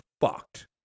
fucked